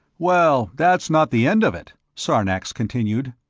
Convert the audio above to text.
well, that's not the end of it, sarnax continued.